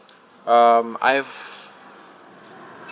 um I've